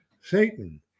satan